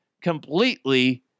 completely